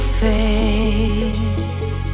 face